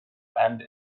and